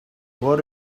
what